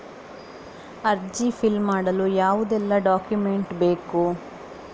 ಅರ್ಜಿ ಫಿಲ್ ಮಾಡಲು ಯಾವುದೆಲ್ಲ ಡಾಕ್ಯುಮೆಂಟ್ ಬೇಕು?